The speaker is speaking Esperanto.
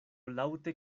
laŭte